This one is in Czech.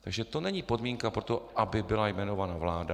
Takže to není podmínka pro to, aby byla jmenována vláda.